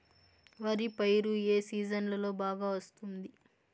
వరి పైరు ఏ సీజన్లలో బాగా వస్తుంది